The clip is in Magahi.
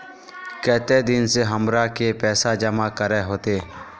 केते दिन में हमरा के पैसा जमा करे होते?